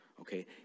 okay